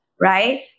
right